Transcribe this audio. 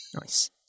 Nice